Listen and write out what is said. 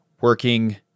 working